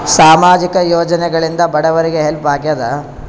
ಸಾಮಾಜಿಕ ಯೋಜನೆಗಳಿಂದ ಬಡವರಿಗೆ ಹೆಲ್ಪ್ ಆಗ್ಯಾದ?